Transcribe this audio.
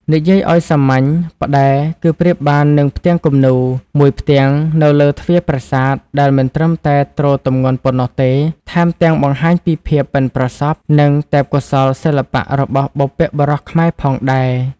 និយាយឱ្យសាមញ្ញ ផ្តែរ គឺប្រៀបបាននឹង "ផ្ទាំងគំនូរ" មួយផ្ទាំងនៅលើទ្វារប្រាសាទ ដែលមិនត្រឹមតែទ្រទម្ងន់ប៉ុណ្ណោះទេ ថែមទាំងបង្ហាញពីភាពប៉ិនប្រសប់ និងទេពកោសល្យសិល្បៈរបស់បុព្វបុរសខ្មែរផងដែរ។